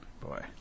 boy